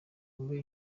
mube